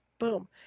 Boom